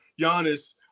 Giannis